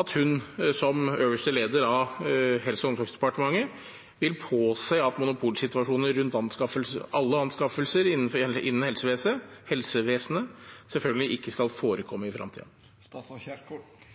at hun som øverste leder av Helse- og omsorgsdepartementet vil påse at monopolsituasjoner rundt alle anskaffelser innen helsevesenet selvfølgelig ikke skal forekomme i